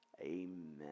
Amen